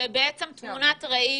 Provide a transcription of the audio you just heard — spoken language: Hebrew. זו תמונת ראי